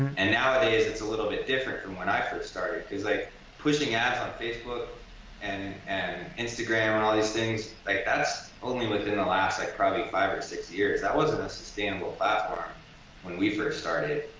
and nowadays it's a little bit different from when i first started cause like pushing ads on facebook and and instagram and all these things, like that's only within the last like probably five or six years. that wasn't a sustainable platform when we first started.